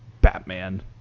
Batman